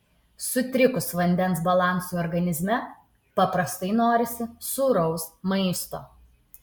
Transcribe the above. sutrikus vandens balansui organizme paprastai norisi sūraus maisto